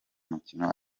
mukino